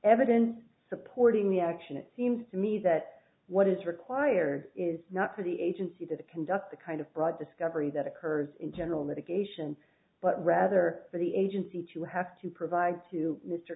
evidence supporting the action it seems to me that what is required is not for the agency to conduct the kind of broad discovery that occurs in general litigation but rather for the agency to have to provide to mr